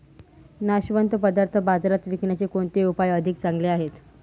नाशवंत पदार्थ बाजारात विकण्याचे कोणते उपाय अधिक चांगले आहेत?